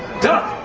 duck.